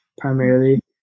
primarily